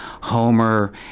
Homer